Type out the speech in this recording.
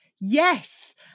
yes